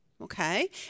okay